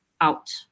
out